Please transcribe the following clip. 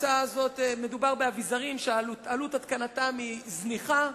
מדובר באביזרים שעלות התקנתם זניחה,